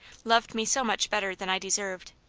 loved me so much better than i deserved,